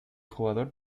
jugador